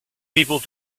people